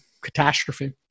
catastrophe